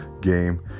game